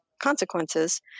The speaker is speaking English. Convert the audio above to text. consequences